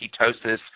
ketosis